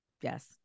Yes